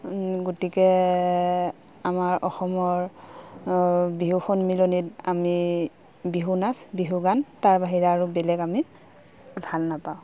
গতিকে আমাৰ অসমৰ বিহু সন্মিলনিত আমি বিহু নাচ বিহু গান তাৰ বাহিৰে আৰু বেলেগ আমি ভাল নাপাওঁ